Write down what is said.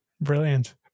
Brilliant